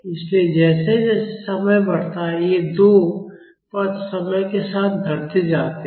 इसलिए जैसे जैसे समय बढ़ता है ये 2 पद समय के साथ घटते जाते हैं